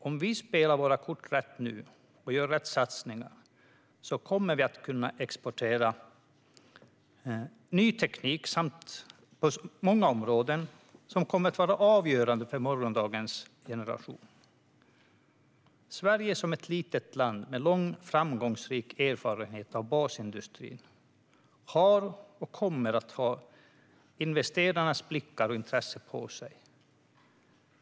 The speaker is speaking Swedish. Om vi spelar våra kort rätt nu och gör rätt satsningar kommer vi på många områden att kunna exportera ny teknik som kommer att vara avgörande för morgondagens generationer. Sverige som ett litet land med lång framgångsrik erfarenhet av basindustri har, och kommer att ha, investerarnas blickar och intresse på sig.